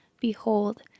Behold